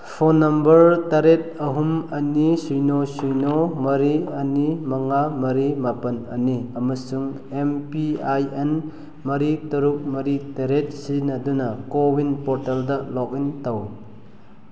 phone number ꯇꯔꯦꯠ ꯑꯍꯨꯝ ꯑꯅꯤ ꯁꯤꯅꯣ ꯁꯤꯅꯣ ꯃꯔꯤ ꯑꯅꯤ ꯃꯉꯥ ꯃꯔꯤ ꯃꯥꯄꯜ ꯑꯅꯤ ꯑꯃꯁꯨꯡ ꯑꯦꯝ ꯄꯤ ꯑꯥꯏ ꯑꯦꯟ ꯃꯔꯤ ꯇꯔꯨꯛ ꯃꯔꯤ ꯇꯔꯦꯠ ꯁꯤꯖꯤꯟꯅꯗꯨꯅ ꯀꯣꯋꯤꯟ ꯄꯣꯔꯇꯦꯜꯗ ꯂꯣꯛꯏꯟ ꯇꯧ